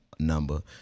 number